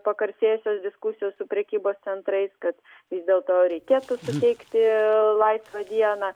pagarsėjusios diskusijos su prekybos centrais kad vis dėl to reikėtų suteikti laisvą dieną